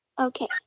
Okay